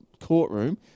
courtroom